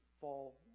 fall